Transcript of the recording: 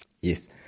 Yes